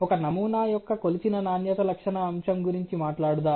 ఒక నమూనా యొక్క కొలిచిన నాణ్యత లక్షణ అంశం గురించి మాట్లాడుదాం